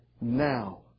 Now